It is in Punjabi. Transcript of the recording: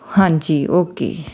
ਹਾਂਜੀ ਓਕੇ